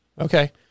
Okay